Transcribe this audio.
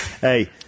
hey